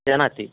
जानाति